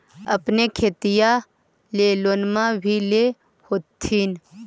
अपने खेतिया ले लोनमा भी ले होत्थिन?